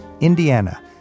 Indiana